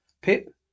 Pip